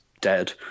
dead